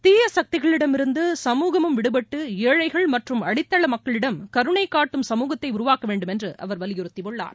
தீய சக்திகளிடமிருந்து சமூகம் விடுபட்டு ஏழைகள் மற்றும் அடித்தள மக்களிடம் கருணை காட்டும் சமூகத்தை உருவாக்க வேண்டும் என்று அவர் வலியுறுத்தியுள்ளார்